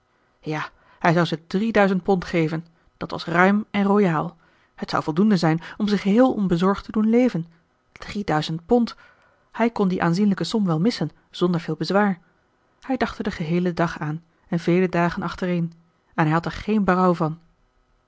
ja hij zou ze drie duizend pond geven dat was ruim en royaal het zou voldoende zijn om ze geheel onbezorgd te doen leven drie duizend pond hij kon die aanzienlijke som wel missen zonder veel bezwaar hij dacht er den geheelen dag aan en vele dagen achtereen en hij had er geen berouw van